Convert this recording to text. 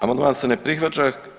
Amandman se ne prihvaća.